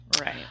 Right